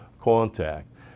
contact